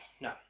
no